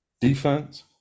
defense